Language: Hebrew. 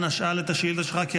אנא שאל את השאילתה שלך,